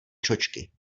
čočky